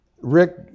Rick